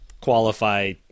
qualify